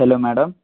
hello madam